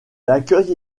accueille